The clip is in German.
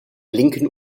linken